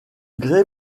grès